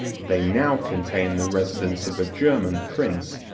they now contain the residence of a german prince,